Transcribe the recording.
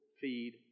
feed